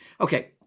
okay